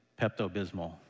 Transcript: Pepto-Bismol